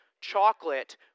Chocolate